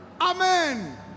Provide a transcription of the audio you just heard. Amen